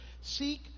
Seek